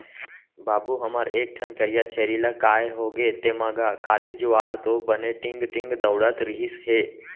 बाबू हमर एक ठन करिया छेरी ला काय होगे तेंमा गा, काली जुवार तो बने टींग टींग दउड़त रिहिस हे